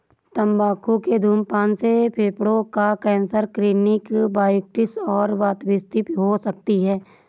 तंबाकू के धूम्रपान से फेफड़ों का कैंसर, क्रोनिक ब्रोंकाइटिस और वातस्फीति हो सकती है